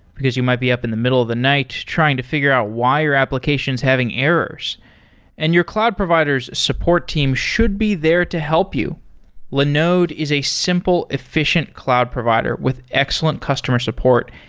because you might be up in the middle of the night trying to figure out why your application is having errors and your cloud provider s support team should be there to help you linode is a simple, efficient cloud provider with excellent customer support.